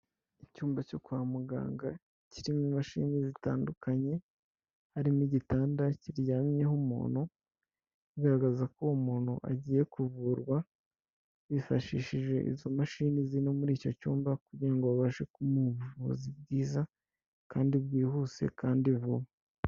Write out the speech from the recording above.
Icyumba cyo kwa muganga kirimo imashini zitandukanye, harimo igitanda kiryamyeho umuntu, bigaragaza ko uwo muntu agiye kuvurwa, bifashishije izo mashini ziri no muri icyo cyumba kugira ngo babashe kumuha ubuvuzi bwiza kandi bwihuse kandi vuba.